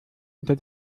unter